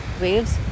waves